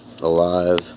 alive